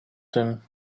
tym